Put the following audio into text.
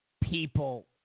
people